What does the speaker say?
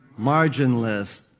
marginless